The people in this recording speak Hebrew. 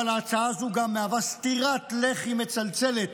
אבל ההצעה הזו גם מהווה סטירת לחי מצלצלת